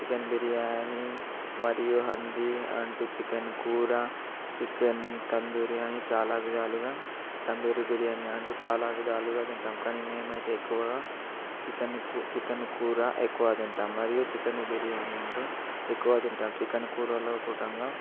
chicken biryani మరియు హంది అంటూ చికెన్ కూర చికెన్ తందూరియా అని చాలా విధాలుగా తందూరి బిర్యానీ అండ్ చాలా విధాలుగా తింటాము కానీ మేమైతే ఎక్కువగా చికెన్ చికెన్ కూర ఎక్కువ తింటాం మరియు చికెన్ బిర్యానీ అంటూ చికెన్ ఎక్కువ తింటాము చికెన్ కూరలో కూడంగా